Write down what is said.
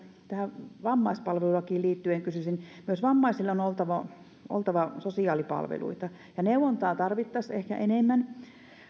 tähän asiaan vammaispalvelulakiin liittyen kysyisin myös vammaisilla on oltava oltava sosiaalipalveluita ja neuvontaa tarvittaisiin ehkä enemmän